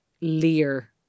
Lear